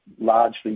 largely